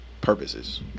purposes